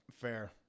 Fair